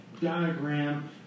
diagram